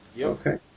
Okay